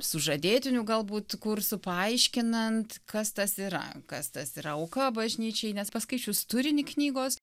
sužadėtinių galbūt kursų paaiškinant kas tas yra kas tas yra auka bažnyčiai nes paskaičius turinį knygos